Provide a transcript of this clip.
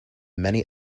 many